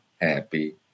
happy